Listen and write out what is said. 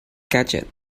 gadget